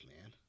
man